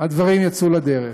הדברים יצאו לדרך.